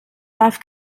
darf